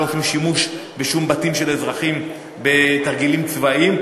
ולא עושים שום שימוש בשום בתים של אזרחים בתרגילים צבאיים.